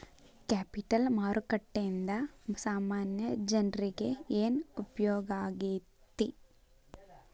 Capital ಮಾರುಕಟ್ಟೇಂದಾ ಸಾಮಾನ್ಯ ಜನ್ರೇಗೆ ಏನ್ ಉಪ್ಯೊಗಾಕ್ಕೇತಿ?